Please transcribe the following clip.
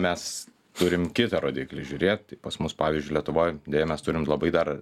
mes turim kitą rodiklį žiūrėt pas mus pavyzdžiui lietuvoj deja mes turim labai dar